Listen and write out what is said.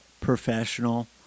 professional